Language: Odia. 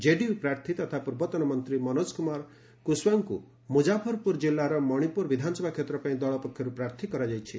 ଜେଡିୟୁ ପ୍ରାର୍ଥ୍ୟ ତଥା ପୂର୍ବତନ ମନ୍ତ୍ରୀ ମନୋଜ କୁମାର କୁସୱାଙ୍କୁ ମୁକାଫରପୁର କିଲ୍ଲାର ମଣିପୁର ବିଧାନସଭା କ୍ଷେତ୍ର ପାଇଁ ଦଳ ପକ୍ଷରୁ ପ୍ରାର୍ଥୀ କରାଯାଇଛି